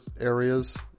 areas